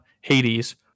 hades